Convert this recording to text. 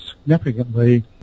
significantly